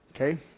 Okay